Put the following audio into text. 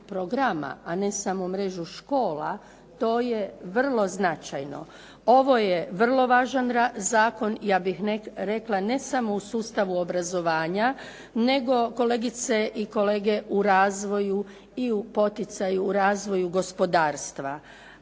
a ne samo mrežu škola. To je vrlo značajno. Ovo je vrlo važan zakon. Ja bih rekla ne samo u sustavu obrazovanja, nego kolegice i kolege u razvoju i u poticaju u razvoju gospodarstva.